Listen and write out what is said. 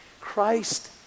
Christ